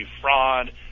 fraud